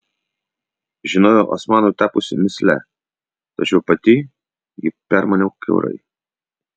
žinojau osmanui tapusi mįsle tačiau pati jį permaniau kiaurai